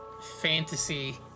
fantasy